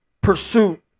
pursuit